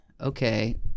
Okay